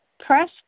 Press